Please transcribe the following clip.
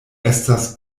estas